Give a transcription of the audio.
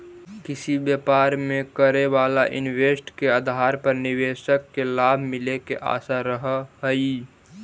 किसी व्यापार में करे वाला इन्वेस्ट के आधार पर निवेशक के लाभ मिले के आशा रहऽ हई